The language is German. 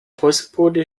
postbote